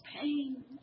pain